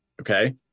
Okay